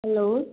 hello